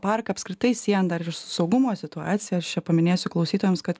parką apskritai siejan dar saugumo situacija aš čia paminėsiu klausytojams kad